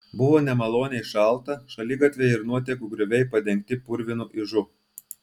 buvo nemaloniai šalta šaligatviai ir nuotekų grioviai padengti purvinu ižu